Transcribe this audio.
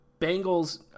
Bengals